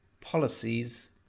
policies